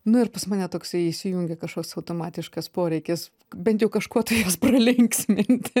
nu ir pas mane toksai įsijungė kažkoks automatiškas poreikis bent jau kažkuo tai juos pralinksminti